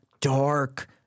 dark